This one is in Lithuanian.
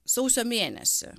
sausio mėnesį